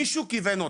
מישהו כיוון אותו.